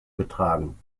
getragen